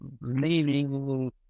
leaving